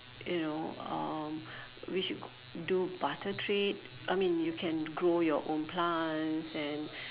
you know um we should do barter trade I mean you can grow your own plants and